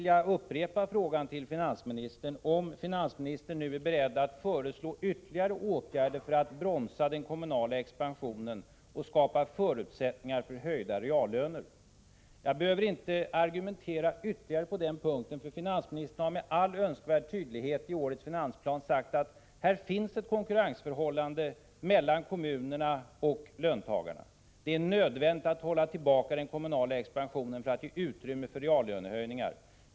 Jag upprepar frågan om finansministern är beredd att föreslå ytterligare åtgärder för att bromsa den kommunala expansionen och skapa förutsättningar för höjda reallöner. Jag behöver inte argumentera ytterligare på den punkten, eftersom finansministern med all önskvärd tydlighet i årets finansplan har sagt att det finns ett konkurrensförhållande mellan kommunerna och löntagarna. Det är nödvändigt att hålla tillbaka den kommunala expansionen för att ge utrymme för reallönehöjningar.